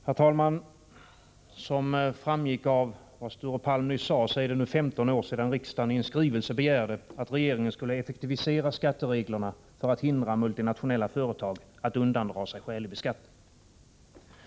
Herr talman! Som framgick av vad Sture Palm nyss sade är det nu 15 år sedan riksdagen i en skrivelse begärde att regeringen skulle effektivisera skattereglerna för att hindra multinationella företag från att undandra sig skälig beskattning.